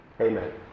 Amen